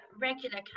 regular